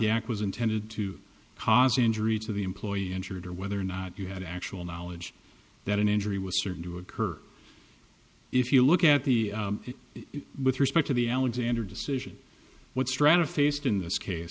the act was intended to cause injury to the employee injured or whether or not you had actual knowledge that an injury was certain to occur if you look at the with respect to the alexander decision what strata faced in this case